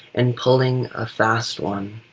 and pulling a fast one.